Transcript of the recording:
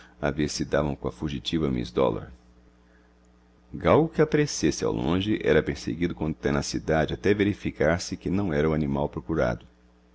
a ver se davam com a fugitiva miss dollar galgo que aparecesse ao longe era perseguido com tenacidade até verificar se que não era o animal procurado